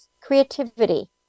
creativity